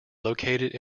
located